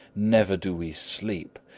never do we sleep!